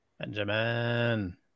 Benjamin